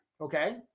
okay